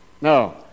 No